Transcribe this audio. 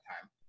time